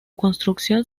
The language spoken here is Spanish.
construcción